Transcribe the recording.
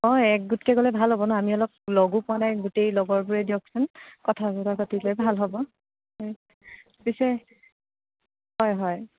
অ এক গোটকৈ গ'লে ভাল হ'ব ন' আমি অলপ লগো পোৱা নাই গোটেই লগৰবোৰে দিয়কচোন কথা চথা পাতিবলৈ ভাল হ'ব পিছে হয় হয়